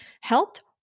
helped